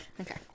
Okay